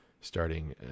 starting